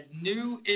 new